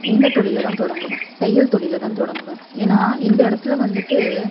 இந்த தொழில தான் தொடங்குவேன் தையல் தொழில தான் தொடங்குவேன் ஏன்னா இந்த இடத்துல வந்துட்டு